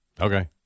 Okay